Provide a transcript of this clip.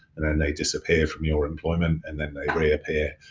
and then they disappear from your employment and then they reappear